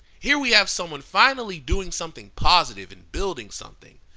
here we have someone finally doing something positive and building something,